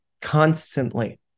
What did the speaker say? constantly